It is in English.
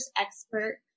expert